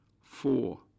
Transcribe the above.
Four